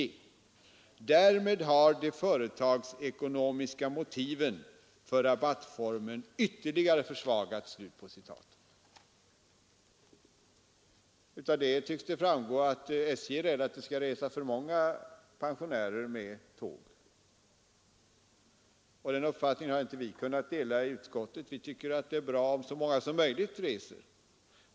Därmed har de företagsekonomiska motiven för rabattformen ytterligare försvagats.” Av detta tycks det framgå att man inom statens järnvägar är rädd för att det skall resa för många pensionärer med tåg. Den uppfattningen har vi inte kunnat dela i utskottet. Vi tycker att det är bra om så många som möjligt reser.